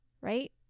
Right